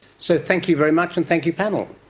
so thank you very much and thank you panel.